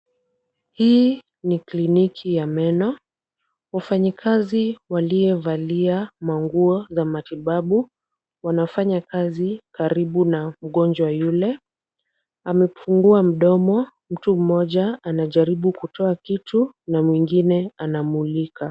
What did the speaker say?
Hii ni kliniki ya meno. Wafanyikazi waliovalia manguo za matibabu wanafanya kazi karibu na mgonjwa yule. Amefungua mdomo, mtu mmoja anajaribu kutoa kitu na mwingine anamulika.